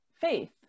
faith